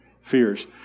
fears